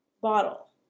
bottle